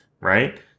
right